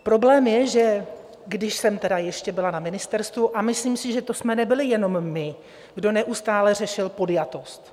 Problém je, že když jsem tedy byla ještě na ministerstvu, a myslím si, že to jsme nebyli jenom my, kdo neustále řešit podjatost.